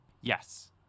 Yes